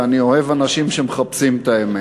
ואני אוהב אנשים שמחפשים את האמת.